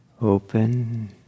open